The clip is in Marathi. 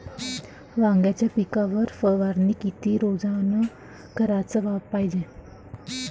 वांग्याच्या पिकावर फवारनी किती रोजानं कराच पायजे?